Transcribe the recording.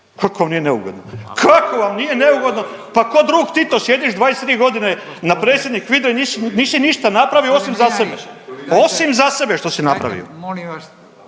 Kako vam nije neugodno? Kako vam nije neugodno? Pa kod drug Tito sjediš 23 godine na predsjednik HVIDRA-e nisi ništa napravio osim za sebe, osim za sebe što si napravio.